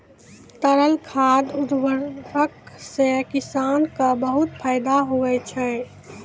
तरल खाद उर्वरक सें किसान क बहुत फैदा होय छै